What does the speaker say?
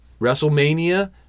WrestleMania